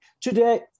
Today